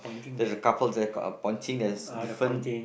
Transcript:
there's a couple of record of pointing as different